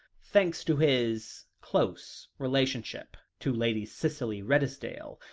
thanks to his close relationship to lady cicely redesdale,